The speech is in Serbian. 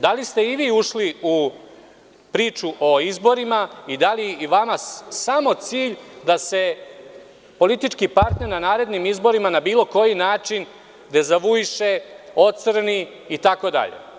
Da li ste i vi ušli u priču o izborima i da li je vama samo cilj da se politički partner na narednim izborima na bilo koji način dezavuiše, ocrni, itd?